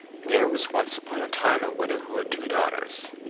there was once upon a time a widow who had two daughters.